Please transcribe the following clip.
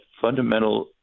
fundamental